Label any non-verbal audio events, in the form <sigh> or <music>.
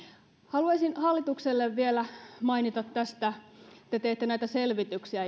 haluaisin hallitukselle vielä mainita tästä te teette näitä selvityksiä <unintelligible>